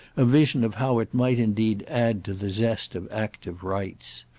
a vision of how it might indeed add to the zest of active rites.